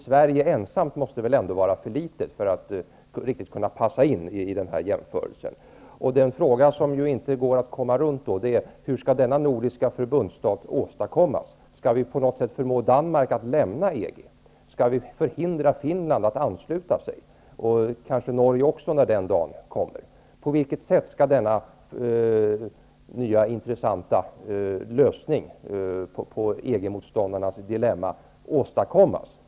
Sverige ensamt måste väl ändå vara för litet för att riktigt kunna passa in i den här jämförelsen. Den fråga som inte går att komma runt är: Hur skall denna nordiska förbundsstat åstadkommas? Skall vi på något sätt förmå Danmark att lämna EG och skall vi förhindra Finland att ansluta sig, och för den delen även Norge när den dagen kommer? På vilket sätt skall denna nya och intressanta lösning på EG motståndarnas dilemma åstadkommas?